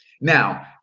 Now